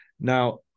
Now